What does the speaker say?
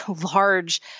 large